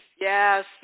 Yes